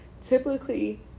typically